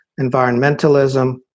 environmentalism